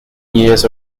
years